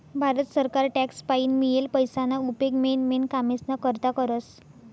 भारत सरकार टॅक्स पाईन मियेल पैसाना उपेग मेन मेन कामेस्ना करता करस